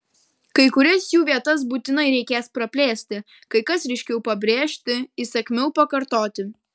kai kurias jų vietas būtinai reikės praplėsti kai kas ryškiau pabrėžti įsakmiau pakartoti